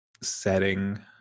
setting